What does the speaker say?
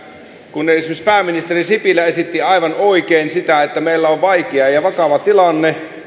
kun esimerkiksi pääministeri sipilä esitti aivan oikein että meillä on vaikea ja vakava tilanne